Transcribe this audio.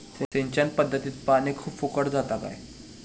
सिंचन पध्दतीत पानी खूप फुकट जाता काय?